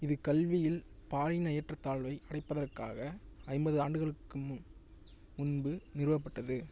இது கல்வியில் பாலின ஏற்றத்தாழ்வை அடைப்பதற்காக ஐம்பது ஆண்டுகளுக்கும் முன்பு நிறுவப்பட்டது